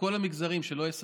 בכל המגזרים, שלא יהיה ספק.